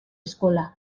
eskola